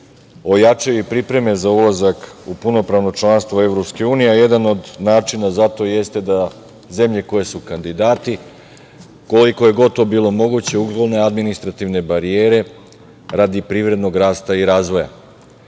ojačaju i pripreme za ulazak u punopravno članstvo Evropske unije. Jedan od načina za to jeste da zemlje koje su kandidati, koliko je god to bilo moguće, uklone administrativne barijere radi privrednog rasta i razvoja. Neke